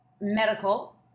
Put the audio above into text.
medical